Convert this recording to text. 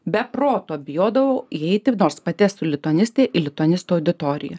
be proto bijodavau įeiti nors pati esu lituanistė lituanistų auditorija